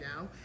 now